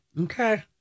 okay